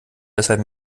deshalb